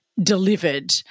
Delivered